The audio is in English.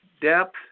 depth